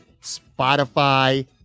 Spotify